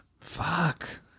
Fuck